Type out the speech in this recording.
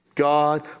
God